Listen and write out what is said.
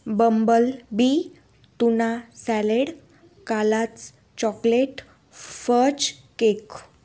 Bumble bee tuna salad कालाच chocolate fudge cake